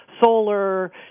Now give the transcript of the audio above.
solar